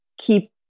keep